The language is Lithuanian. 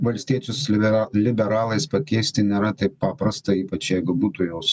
valstiečius libe liberalais pakeisti nėra taip paprasta ypač jeigu būtų juos